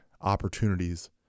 opportunities